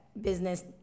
business